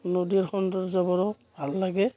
নদীৰ সৌন্দৰ্যবোৰো ভাল লাগে